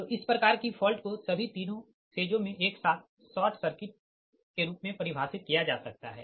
तो इस प्रकार की फॉल्ट को सभी तीनों फेजों में एक साथ शॉर्ट सर्किट के रूप में परिभाषित किया जा सकता है